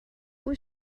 was